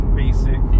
basic